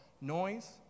noise